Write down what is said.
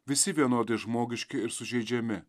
visi vienodi žmogiški ir sužeidžiami